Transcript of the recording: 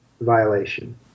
violation